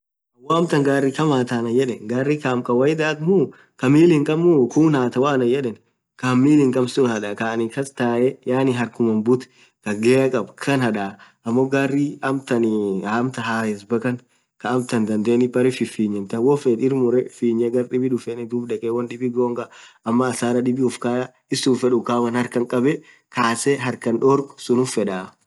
woo amtan gari kaam hathaa anan yedhe garii kaam kawaidha muu khaa mil hinkhamne muu khuun hathaa anen yedhe kaam mil hinkhamne suun hadhaak kaaa anin kasthea yaani harkhuman buthuu khaa gear khab kaaan hadhaaa ammo gari amtan hares boo kaan kamtan bere fifinyen thaan woo fedh irmuree finye Ghar dhib dhufen dhub dhekhe won dhib gonga hasara dhib ufakayya isisunn hifedhu kaam anin harkhan khabe kasse harkhan dhorgh sunn fedha